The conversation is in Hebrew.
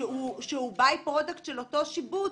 שהוא ביי פרודקט של אותו שיבוץ,